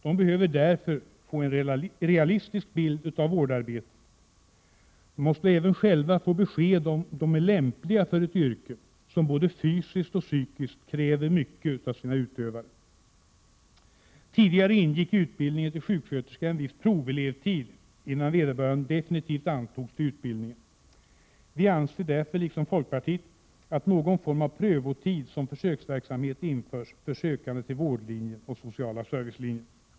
De behöver därför få en realistisk bild av vårdarbetet. De måste även själva få besked om de är lämpliga för ett yrke som både fysiskt och psykiskt kräver mycket av sina utövare. Tidigare ingick i utbildningen till sjuksköterska en viss provelevtid innan vederbörande definitivt antogs till utbildningen. Vi anser därför, liksom folkpartiet, att någon form av prövotid som försöksverksamhet bör införas för sökande till vårdlinjen och sociala servicelinjen.